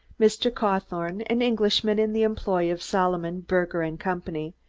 mr. cawthorne, an englishman in the employ of solomon, berger and company,